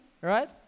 right